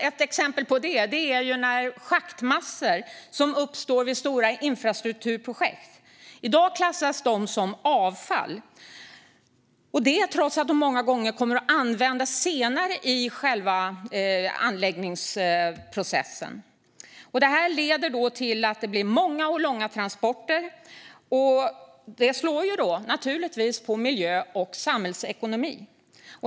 Ett exempel på det är schaktmassor som uppstår vid stora infrastrukturprojekt. I dag klassas de som avfall, och det trots att de många gånger kommer att användas senare i själva anläggningsprocessen. Detta leder till att det blir många och långa transporter. Det slår naturligtvis mot miljön och samhällsekonomin.